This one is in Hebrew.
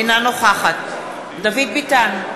אינה נוכחת דוד ביטן,